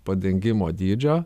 padengimo dydžio